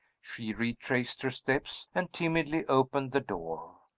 she retraced her steps, and timidly opened the door.